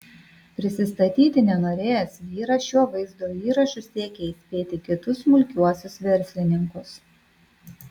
prisistatyti nenorėjęs vyras šiuo vaizdo įrašu siekia įspėti kitus smulkiuosius verslininkus